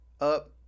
up